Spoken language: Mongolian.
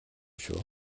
шүү